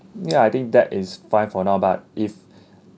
ya I think that is fine for now but if